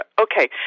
Okay